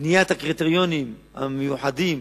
בניית הקריטריונים המיוחדים